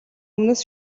өмнөөс